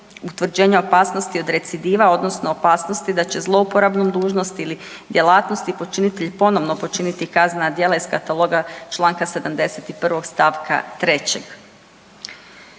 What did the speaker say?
utvrđenja opasnosti od recidiva, odnosno opasnosti da će zlouporabom dužnosti ili djelatnosti počinitelj ponovno počiniti kaznena djela iz kataloga čl. 71. st. 3.